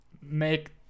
make